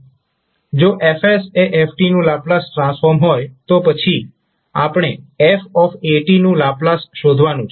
જો F એ f નું લાપ્લાસ ટ્રાન્સફોર્મ હોય તો પછી આપણે f નું લાપ્લાસ શોધવાનું છે